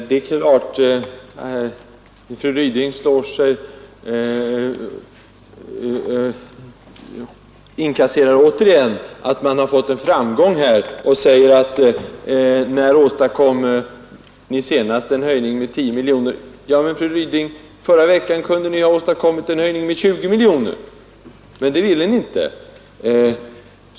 Herr talman! Fru Ryding inkasserar åter att man har nått en framgång och frågar: När åstadkom de borgerliga en höjning med 10 miljoner kronor? Men, fru Ryding, förra veckan hade ni kunnat åstadkomma en höjning med 20 miljoner kronor. Men det ville ni inte.